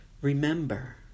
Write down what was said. Remember